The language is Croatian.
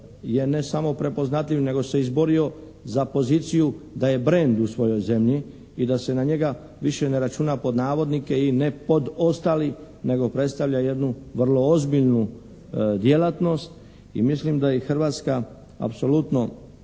zemljama je ne samo prepoznatljiv nego se izborio za poziciju da je brend u svojoj zemlji i da se na njega više ne računa pod navodnike i ne pod ostali nego predstavlja jednu vrlo ozbiljnu djelatnost i mislim da i Hrvatska apsolutno